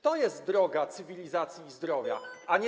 To jest droga cywilizacji i zdrowia, a nie